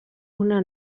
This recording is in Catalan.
una